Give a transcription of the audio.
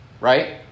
right